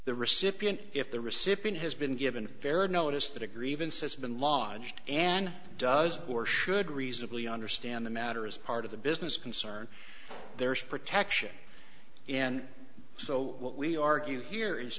the recipient if the recipient has been given very notice that a grievance has been lodged and does or should reasonably understand the matter is part of the business concern there is protection and so what we argue here is